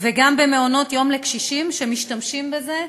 וגם במעונות-יום לקשישים שמשתמשים בזה,